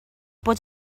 bod